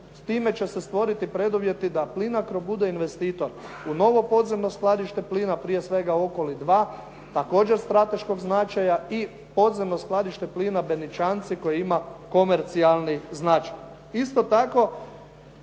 s time će se stvoriti preduvjeti da Plinacro bude investitor u novo podzemno skladište plina, prije svega Okoli 2, također strateškog značaja i podzemno skladište plina Beničanci koje ima komercijalni značaj.